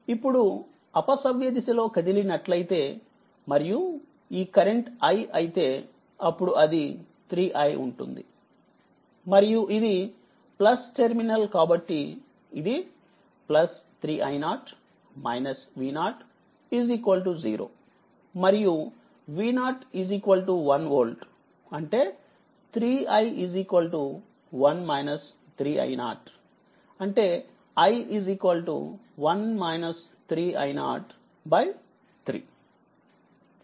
ఇప్పుడు అపసవ్యదిశలో కదిలినట్లైతే మరియు ఈ కరెంట్ i అయితే అప్పుడు అది 3i ఉంటుందిమరియు ఇది టెర్మినల్ కాబట్టి ఇది 3i0 V0 0మరియుV0 1 వోల్ట్అంటే 3i 1 3i0అంటే i3